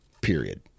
Period